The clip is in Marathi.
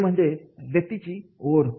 ते म्हणजे व्यक्तीची ओढ